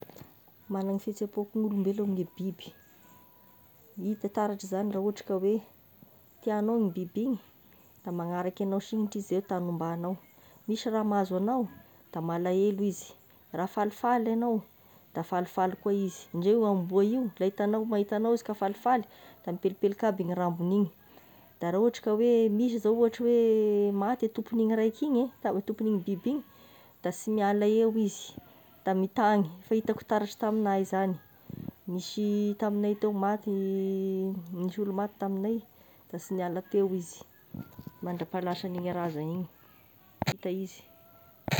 Magnany fihetsepo toa gn'olombelogno koa gne biby, hita taratry izany raha ohatry ka oe tiagnao igny biby igny, da magnaraky agnao signitry izy izay tagny ombagnao misy raha mahazo agnao da malahelo izy, raha falifaly agnao da falifaly koa izy, ndreo io amboa io da hitagnao mahita anao izy ka falifaly da mipelipelika aby iny rambogny igny, da raha ohatry ka hoe misy zao ohatra hoe maty e tompogn'igny raika igny, tompon'igny biby igny da sy miala eo izy, da mitagny efa hitako taratry tamignah izany, nisy tamignay tao maty nisy olo maty tamignay tagny, da sy miala teo izy madra-pa lasan'igny a razan'igny hita izy.